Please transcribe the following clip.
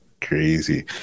Crazy